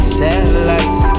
satellites